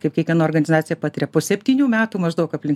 kaip kiekviena organizacija patiria po septynių metų maždaug aplink